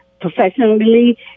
professionally